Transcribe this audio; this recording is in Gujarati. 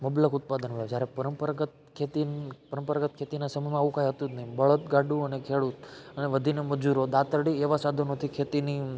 મબલખ ઉત્પાદન હોય જ્યારે પરંપરાગત ખેતી પરંપરાગત ખેતીના સમયમાં આવું કઈ હતું જ નહીં બળદગાડું અને ખેડૂત અને વધીને મજૂરો દાતરડી એવા સાધનોથી ખેતીની